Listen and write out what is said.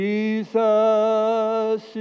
Jesus